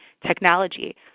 technology